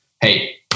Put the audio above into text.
hey